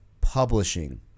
publishing